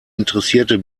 interessierte